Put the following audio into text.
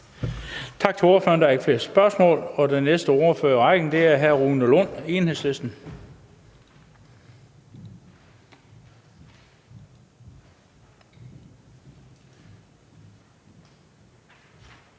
Tak til ordføreren. Der er ikke flere spørgsmål. Den næste ordfører i rækken er hr. Rune Lund, Enhedslisten.